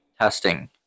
Testing